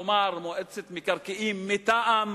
כלומר מועצת מקרקעין מטעם.